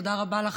תודה רבה לך,